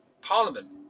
Parliament